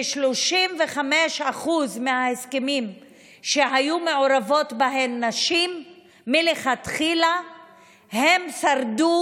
ש-35% מההסכמים שהיו מעורבות בהם נשים מלכתחילה שרדו